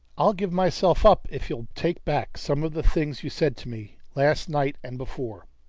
i'll give myself up if you'll take back some of the things you said to me last night and before.